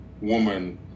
woman